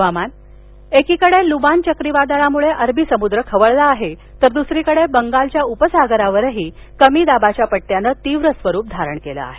हवामान एकीकडे लुबान चक्रीवादळामुळे अरबीसमुद्र खवळला आहे तर दुसरीकडे बंगालच्या उपसागरावरही कमी दाबाच्या पट्टयानं तीव्र स्वरूप धारण केलं आहे